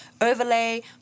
overlay